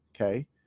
okay